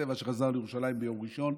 הצבע חזר לירושלים ביום ראשון.